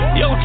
yo